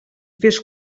fes